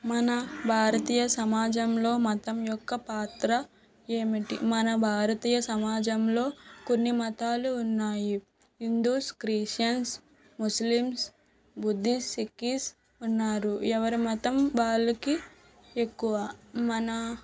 మన భారతీయ సమాజంలో మతం యొక్క పాత్ర ఏమిటి మన భారతీయ సమాజంలో కొన్ని మతాలు ఉన్నాయి Hindus Christians Muslims Buddhists Sikhs ఉన్నారు ఎవరి మతం వాళ్ళకి ఎక్కువ మన